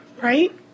Right